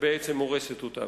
שבעצם הורסת אותם.